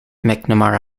mcnamara